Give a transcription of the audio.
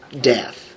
death